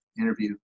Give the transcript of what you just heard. interview